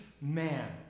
man